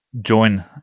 join